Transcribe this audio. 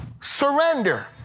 Surrender